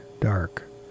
Dark